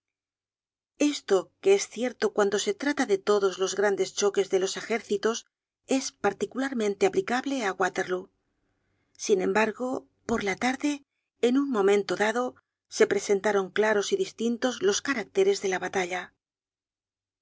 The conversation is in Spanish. esto que es cierto cuando se trata de todos los grandes choques de los ejércitos es particularmente aplicable á waterlóo sin embargo por la tarde en un momento dado se presentaron claros y distintos los caracteres de la batalla